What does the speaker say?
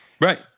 Right